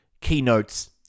Keynotes